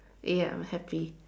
ya I'm happy